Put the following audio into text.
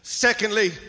Secondly